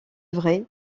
vrai